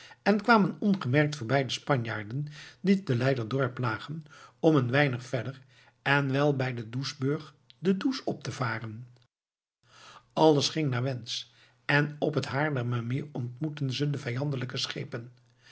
en kwamen ongemerkt voorbij de spanjaarden die te leiderdorp lagen om een weinig verder en wel bij de doesbrug de does op te varen alles ging naar wensch en op het haarlemmermeer ontmoetten ze de vijandelijke schepen